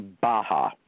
Baja